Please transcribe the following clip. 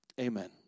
Amen